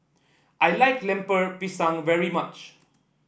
I like Lemper Pisang very much